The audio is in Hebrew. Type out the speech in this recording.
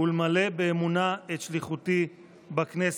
ולמלא באמונה את שליחותי בכנסת.